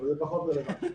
זה פחות רלוונטי.